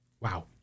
Wow